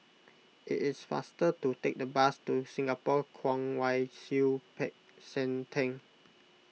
it is faster to take the bus to Singapore Kwong Wai Siew Peck San theng